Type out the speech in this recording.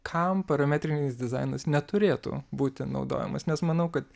kam parametrinis dizainas neturėtų būti naudojamas nes manau kad